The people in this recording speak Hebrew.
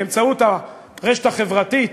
באמצעות הרשת החברתית,